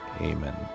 Amen